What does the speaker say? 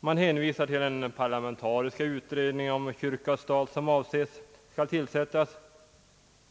Man hänvisar till den parlamentariska utredning om kyrka—stat som avses bli tillsatt.